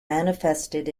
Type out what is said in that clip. manifested